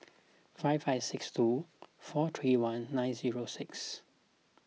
five five six two four three one nine zero six